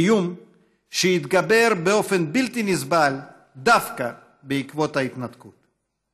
איום שהתגבר באופן בלתי נסבל דווקא בעקבות ההתנתקות.